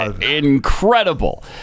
Incredible